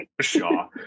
sure